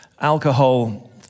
alcohol